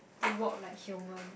they walk like human